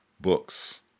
books